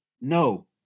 No